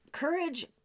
Courage